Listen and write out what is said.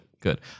good